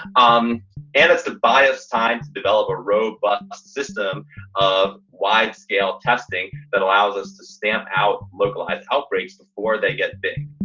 um and it's the biocides develop a robust system of wide scale testing that allows us to stamp out localized outbreaks before they get big